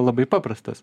labai paprastas